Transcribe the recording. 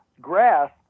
grass